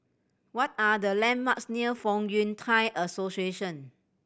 what are the landmarks near Fong Yun Thai Association